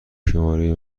شماره